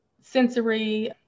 sensory